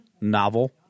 novel